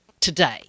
today